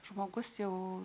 žmogus jau